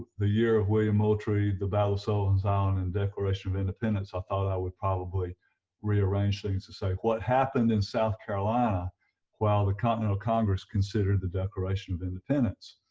the year of william moultrie, the battle of sultan's island and declaration of independence i thought i would probably rearrange things to say what happened in south carolina while the continental congress considered the declaration of independence.